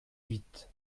huit